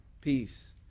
peace